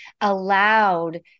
allowed